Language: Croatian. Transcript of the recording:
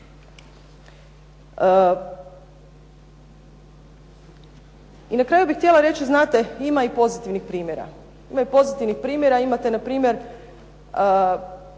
I na kraju bih htjela reći, znate ima i pozitivnih primjera. Imate na primjer situaciju, na primjer